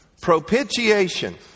Propitiation